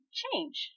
change